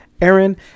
Aaron